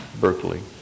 Berkeley